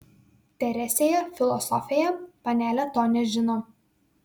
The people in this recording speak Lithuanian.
teresėje filosofėje panelė to nežino